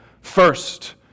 first